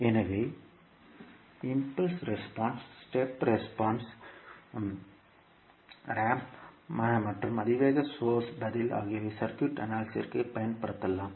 எனவே impulse response step response வளைவு மற்றும் அதிவேக சோர்ஸ் பதில் ஆகியவை சர்க்யூட் அனாலிசிஸ்க்கு பயன்படுத்தப்படலாம்